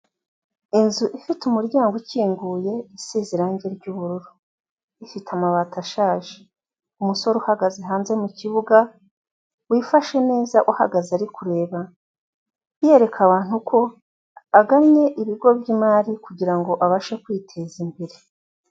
Inzu ifite umuryango ukinguye isize irangi ry'ubururu, ifite amabati ashaje umusore uhagaze hanze mukibuga, wifashe neza uhagaze ari kureba, yereka abantu ko agannye ibigo byimari kugira ngo abashe kwiteza imbere.